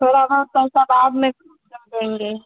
थोड़ा बहुत पैसा बाद में कर देंगे